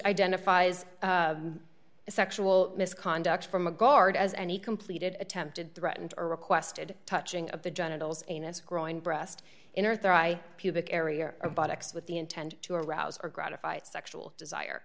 identifies a sexual misconduct from a guard as any completed attempted threatened or requested touching of the genitals anus growing breast inner thigh pubic area or buttocks with the intent to arouse or gratify sexual desire